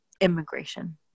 immigration